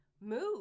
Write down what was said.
move